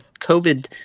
COVID